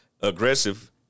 aggressive